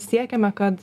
siekiame kad